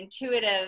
intuitive